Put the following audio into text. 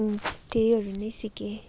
त्यहीहरू नै सिकेँ